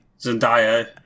zendaya